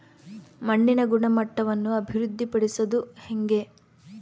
ಮಣ್ಣಿನ ಗುಣಮಟ್ಟವನ್ನು ಅಭಿವೃದ್ಧಿ ಪಡಿಸದು ಹೆಂಗೆ?